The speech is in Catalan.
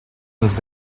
els